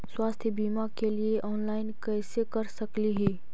स्वास्थ्य बीमा के लिए ऑनलाइन कैसे कर सकली ही?